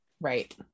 Right